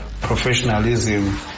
professionalism